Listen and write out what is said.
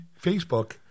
Facebook